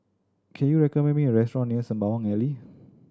can you recommend me a restaurant near Sembawang Alley